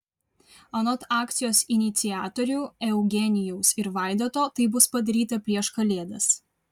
anot akcijos iniciatorių eugenijaus ir vaidoto tai bus padaryta prieš kalėdas